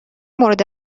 مورد